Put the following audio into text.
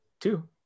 two